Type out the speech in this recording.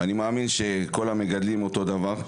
אני מאמין שכל המגדלים אותו דבר.